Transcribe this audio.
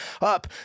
up